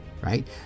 right